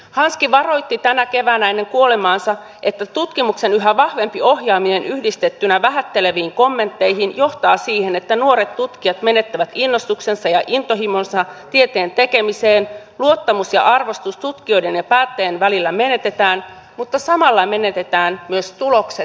hanski varoitti tänä keväänä ennen kuolemaansa että tutkimuksen yhä vahvempi ohjaaminen yhdistettynä vähätteleviin kommentteihin johtaa siihen että nuoret tutkijat menettävät innostuksensa ja intohimonsa tieteen tekemiseen luottamus ja arvostus tutkijoiden ja päättäjien välillä menetetään mutta samalla menetetään myös tulokset ja menestys